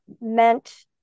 meant